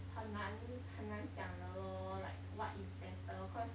很难很难讲的 lor like what is better cause